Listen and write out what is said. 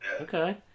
Okay